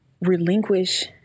relinquish